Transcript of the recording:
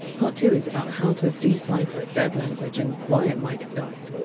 part two is about how to decipher a dead language and why it might have died.